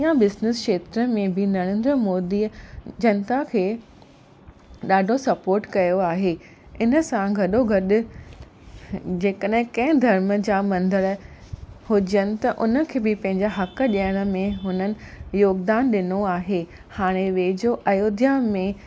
या बिज़नैस खेत्र में बि नरेंद्र मोदीअ जनता खे ॾाढो सपोट कयो आहे इन सां गॾो गॾु जंहिं कॾहिं कंहिं धर्म जा मंदर हुजनि त उन खे बि पंहिंजा हक़ ॾियण में हुननि योगदानु ॾिनो आहे हाणे वेझो अयोध्या में